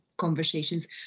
conversations